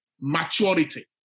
Maturity